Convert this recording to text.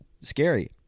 scary